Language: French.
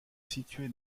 situées